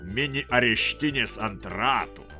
mini areštinės ant ratų